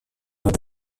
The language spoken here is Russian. над